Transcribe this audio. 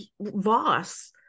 Voss